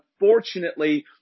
unfortunately